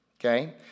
okay